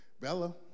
Bella